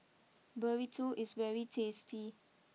Burrito is very tasty